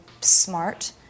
smart